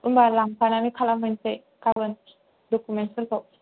होम्बा लांफानानै खालामहैनोसै गाबोन डकुमेन्ट्सफोरखौ